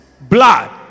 blood